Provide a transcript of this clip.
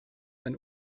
ein